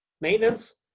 maintenance